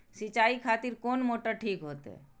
सीचाई खातिर कोन मोटर ठीक होते?